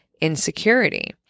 insecurity